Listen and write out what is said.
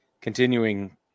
continuing